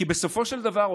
כי בסופו של דבר,